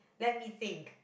let me think